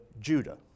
Judah